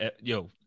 yo